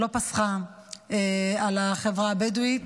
שלא פסחה על החברה הבדואית.